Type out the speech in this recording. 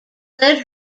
led